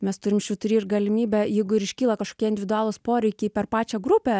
mes turim švytury ir galimybę jeigu ir iškyla kažkokie individualūs poreikiai per pačią grupę